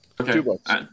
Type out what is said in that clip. okay